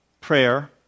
prayer